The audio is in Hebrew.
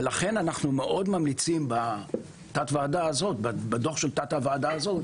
לכן אנחנו מאוד ממליצים בדוח תת הוועדה הזו,